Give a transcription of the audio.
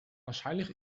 wahrscheinlich